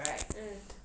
mm